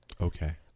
Okay